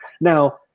Now